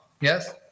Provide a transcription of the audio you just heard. yes